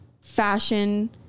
fashion